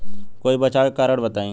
कोई बचाव के कारण बताई?